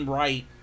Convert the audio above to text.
right